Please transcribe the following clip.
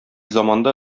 заманда